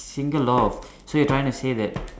single law of so you're trying to say that